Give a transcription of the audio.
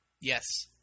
Yes